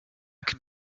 could